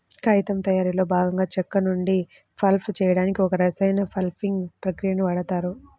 కాగితం తయారీలో భాగంగా చెక్క నుండి పల్ప్ చేయడానికి ఒక రసాయన పల్పింగ్ ప్రక్రియని వాడుతారు